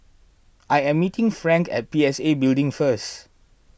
I am meeting Frank at P S A Building first